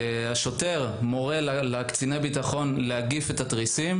השוטר מורה לקציני הביטחון להגיף את התריסים.